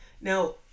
now